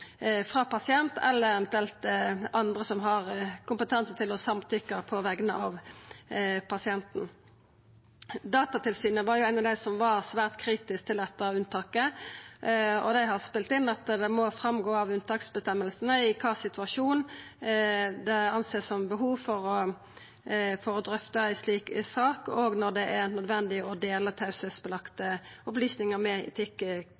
frå pasient eller eventuelt andre som har kompetanse til å samtykke på vegner av pasienten. Datatilsynet var av dei som var svært kritiske til dette unntaket. Dei har spelt inn at det må gå fram av unntaksreglane i kva situasjon det er behov for å drøfta ei slik sak, og når det er nødvendig å dela teiebelagde opplysningar med